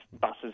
buses